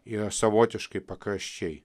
yra savotiškai pakraščiai